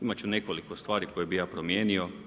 Imat ću nekoliko stvari koje bih ja promijenio.